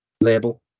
label